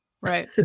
Right